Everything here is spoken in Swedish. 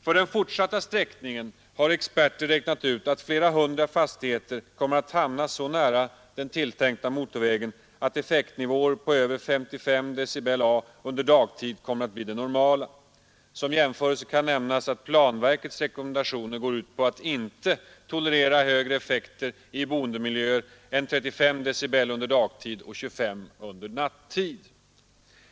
För den fortsatta sträckningen har experter räknat ut att flera hundra fastigheter kommer att hamna så nära den tilltänkta motorvägen att motoreffektsnivåer på över 55 dB under dagtid kommer att bli det normala. Som jämförelse kan nämnas att planverkets redommendationer går ut på att inte tolerera högre effekter i boendemiljöer än 35 dB under dagtid och 25 dB nattetid.